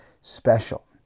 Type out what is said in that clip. special